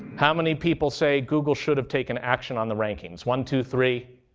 how many people say google should have taken action on the rankings? one, two, three.